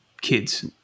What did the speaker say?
Kids